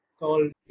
called